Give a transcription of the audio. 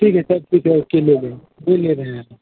ठीक है सर ठीक है ओके ले लेंगे बिल